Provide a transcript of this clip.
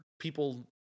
people